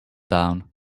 down